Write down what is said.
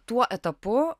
tuo etapu